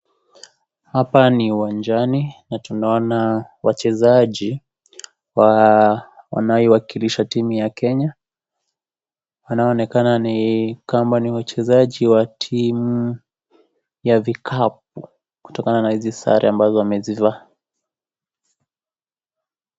Hapa ni uwanjani na tunaona wachezaji wa wanayoiwakilisha timu ya Kenya wanaonekana ni kama ni wachezaji wa timu ya vikapu kutokana na hizi sare ambazo wamezivaa.